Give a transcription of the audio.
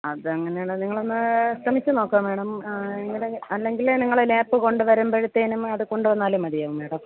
അതങ്ങനെയാണേൽ നിങ്ങളൊന്ന് ശ്രമിച്ച് നോക്കൂ മാഡം നിങ്ങളുടെ അല്ലെങ്കിൽ നിങ്ങൾ ലാപ്പ് കൊണ്ട് വരുമ്പോഴത്തേനും അത് കൊണ്ട് വന്നാലും മതിയാവും മാഡം